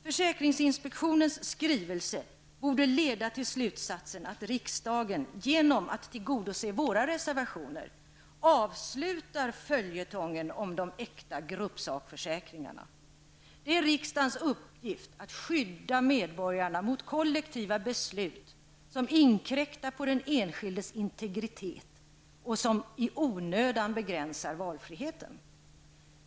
Försäkringsinspektionens skrivelse borde leda till slutsatsen att riksdagen genom att tillgodose våra reservationer avslutar följetongen om de äkta gruppsakförsäkringarna. Det är riksdagens uppgift att skydda medborgarna mot kollektiva beslut, som inkräktar på den enskildes integritet och som i onödan begränsar valfriheten.